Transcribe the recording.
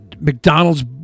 McDonald's